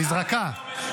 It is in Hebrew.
למה בן גביר לא מצביע איתכם?